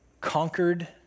conquered